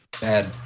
Bad